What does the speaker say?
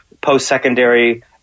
post-secondary